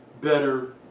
better